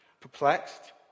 Perplexed